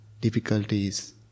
difficulties